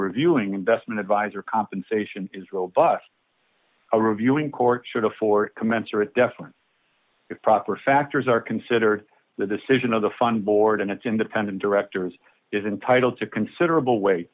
reviewing investment advisor compensation is robust a reviewing court should afford commensurate deference if proper factors are considered the decision of the fund board and its independent directors is entitled to considerable w